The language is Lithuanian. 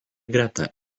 greta